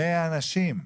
100 אנשים?